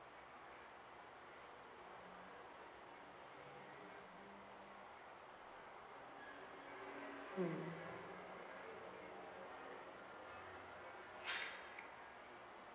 mm